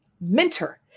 Mentor